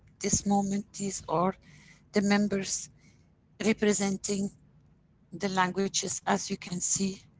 this moment is, or the members representing the languages as you can see.